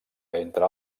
entre